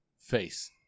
Face